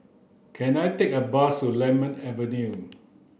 can I take a bus to Lemon Avenue